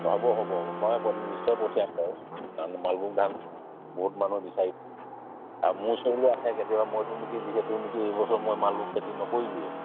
হ'ব হ'ব হ'ব মই প নিশ্চয় পঠিয়াম বাৰু মালভোগ ধান বহুত মানুহে বিচাৰি আৰু মোৰ ওচৰলৈও আহে কেতিয়াবা মইতো নেকি যিহেতু নেকি এইবছৰ মই মালভোগ খেতি নকৰিলোৱে